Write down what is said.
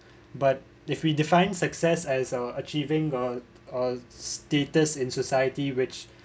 but if we define success as a achieving a status in society which